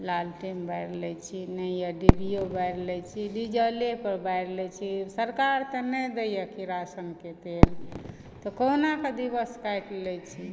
लालटेन बारि लैत छी नहि यऽ डिबिओ बारि लैत छी डीजले पर बारि लैत छी सरकार तऽ नहि दयए किरासनके तेल तऽ कहुनाकऽ दिवस काटि लैत छी